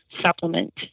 supplement